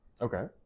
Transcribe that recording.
Okay